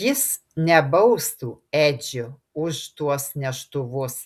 jis nebaustų edžio už tuos neštuvus